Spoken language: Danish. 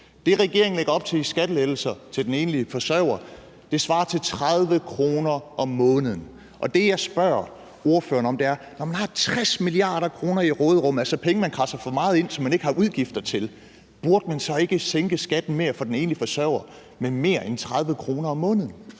Det, regeringen lægger op til i skattelettelser til den enlige forsørger, svarer til 30 kr. om måneden, og det, jeg spørger ordføreren om, er: Når man har 60 mia. kr. i råderum – altså penge, man kradser for meget ind, som man ikke har udgifter til – burde man så ikke sænke skatten med mere end 30 kr. om måneden